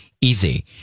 easy